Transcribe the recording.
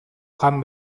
jan